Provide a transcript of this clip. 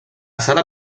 sala